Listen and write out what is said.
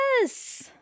yes